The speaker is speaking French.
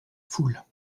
foule